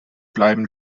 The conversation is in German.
bleiben